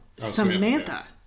Samantha